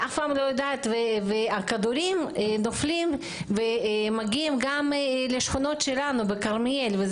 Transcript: הכדורים נופלים ומגיעים גם לשכונות שלנו בכרמיאל,